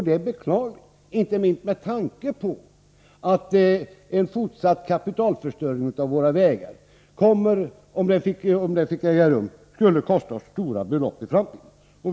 Det är beklagligt, inte minst med tanke på att om en fortsatt kapitalförstöring fick äga rum när det gäller våra vägar, så skulle det kosta oss stora belopp i framtiden.